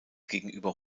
gegenüber